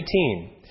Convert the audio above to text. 18